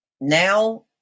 now